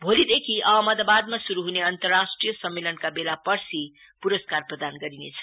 भोलिदेखि अहमदावादमा शुरु हुने अन्तर्राष्ट्रिय सम्मेलनका बेला पर्सी पुरस्कार प्रदान गरिनेछ